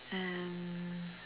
and